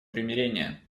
примирения